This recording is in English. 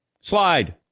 slide